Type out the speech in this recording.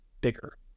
bigger